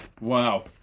Wow